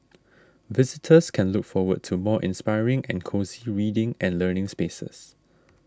visitors can look forward to more inspiring and cosy reading and learning spaces